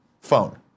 phone